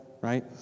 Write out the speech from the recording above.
right